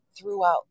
throughout